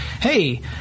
hey